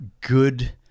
good